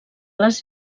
les